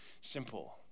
simple